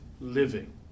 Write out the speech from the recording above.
living